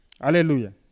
Hallelujah